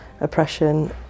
oppression